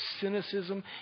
cynicism